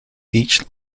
each